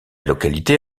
localité